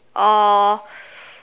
uh